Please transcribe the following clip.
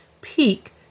peak